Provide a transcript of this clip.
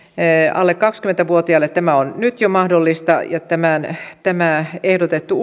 alle kaksikymmentä vuotiaille tämä on nyt jo mahdollista ja tämän ehdotetun